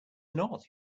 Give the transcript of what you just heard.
not